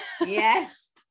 Yes